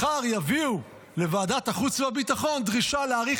מחר יביאו לוועדת החוץ והביטחון דרישה להאריך